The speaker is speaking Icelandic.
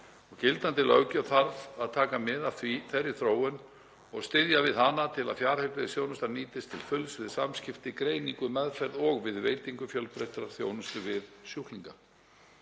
Gildandi löggjöf þarf að taka mið af þeirri þróun og styðja við hana til að fjarheilbrigðisþjónustan nýtist til fulls við samskipti, greiningu, meðferð og við veitingu fjölbreyttrar þjónustu við sjúklinga.